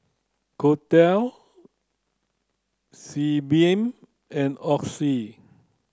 Kordel Sebamed and Oxy